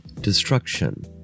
Destruction